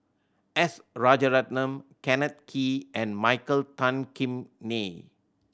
S Rajaratnam Kenneth Kee and Michael Tan Kim Nei